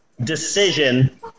decision